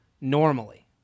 normally